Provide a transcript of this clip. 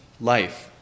life